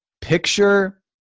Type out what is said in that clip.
Picture